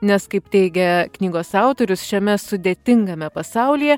nes kaip teigia knygos autorius šiame sudėtingame pasaulyje